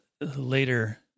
later